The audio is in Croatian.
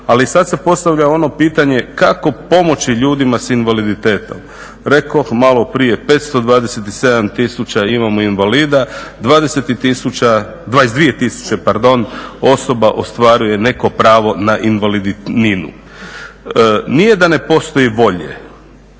Ali sada se postavlja ono pitanje kako pomoći ljudima s invaliditetom? Rekoh malo prije 527 tisuća imamo invalida, 22 tisuće osoba ostvaruje neko pravo na invalidninu. Nije da ne postoji volje,